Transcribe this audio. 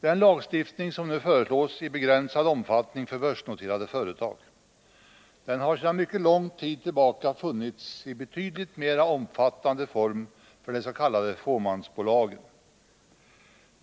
Den lagstiftning som nu föreslås gälla i begränsad omfattning för börsnoterade företag har sedan mycket lång tid tillbaka funnits i en betydligt mera omfattande form för de s.k. fåmansbolagen.